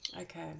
Okay